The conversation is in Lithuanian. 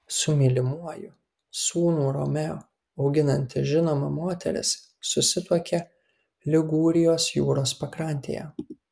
su mylimuoju sūnų romeo auginanti žinoma moteris susituokė ligūrijos jūros pakrantėje